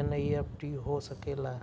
NEFT हो सकेला?